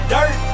Dirt